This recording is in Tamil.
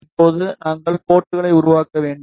இப்போது நாங்கள் போர்ட்களை உருவாக்க வேண்டும்